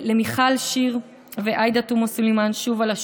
ולמיכל שיר ועאידה תומא סלימאן, שוב, על השותפות.